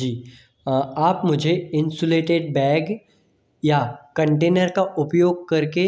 जी आप मुझे insulated bag या कंटेनर का उपयोग करके